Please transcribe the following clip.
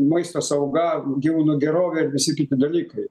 maisto sauga gyvūnų gerovė ir visi kiti dalykai